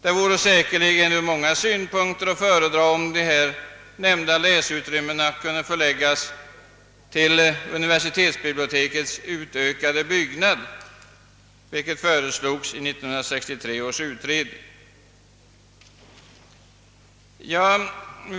Det vore säkerligen ur många synpunkter att föredra, om de nämnda läsutrymmena kunde förläggas till universitetsbibliotekets tillbyggnad, vilket föreslogs i 1963 års utredning.